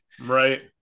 Right